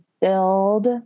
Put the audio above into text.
build